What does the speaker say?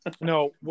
no